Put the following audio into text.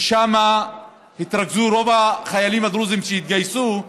ששם התרכזו רוב החיילים הדרוזים שהתגייסו,